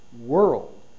world